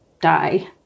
die